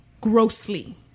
grossly